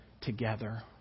together